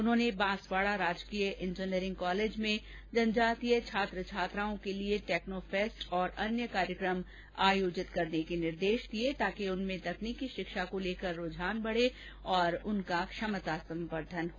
उन्होंने बांसवाड़ा राजकीय engineering college में जनजातीय छात्र छात्राओं के लिए टैक्नो फैस्ट तथा अन्य कार्यक्रम आयोजित करने के निर्देश दिये ताकि उनमें तकनीकी शिक्षा को लेकर रुझान बढे और उनका क्षमता संवर्धन हो